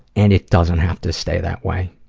and it doesn't have to stay that way.